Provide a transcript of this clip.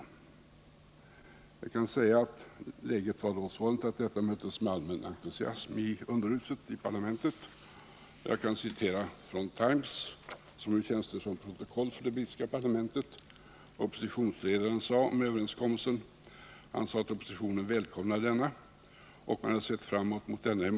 Läget var då sådant att detta i parlamentet möttes med allmän entusiasm. Jag kan från Times, som tjänstgör som ett slags protokoll för det brittiska parlamentet, återge vad oppositonsledaren sade om överenskommelsen. Han uttalade att oppositionen välkomnade denna överenskommelse, som den hade sett fram emot i många år.